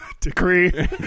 decree